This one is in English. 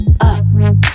up